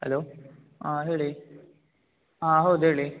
hello ಹಾಂ ಹೇಳಿ ಹಾಂ ಹೌದು ಹೇಳಿ